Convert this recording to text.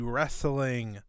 Wrestling